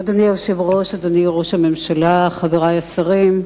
אדוני היושב-ראש, אדוני ראש הממשלה, חברי השרים,